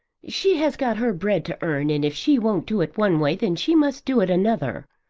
she has got her bread to earn, and if she won't do it one way then she must do it another.